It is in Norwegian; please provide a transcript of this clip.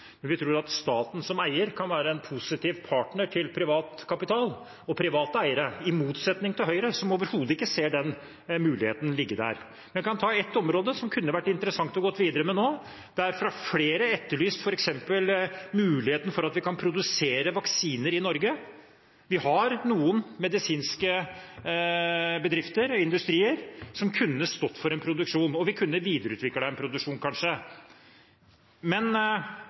men vi tror at staten som eier kan være en positiv partner til privat kapital og private eiere, i motsetning til Høyre som overhodet ikke ser den muligheten ligge der. Jeg kan ta ett område som det kunne vært interessant å gå videre med nå: Flere har f.eks. etterlyst muligheten for å produsere vaksiner i Norge. Vi har noen medisinske bedrifter, industrier, som kunne stått for en produksjon, og vi kunne kanskje videreutviklet en produksjon. Men